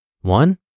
One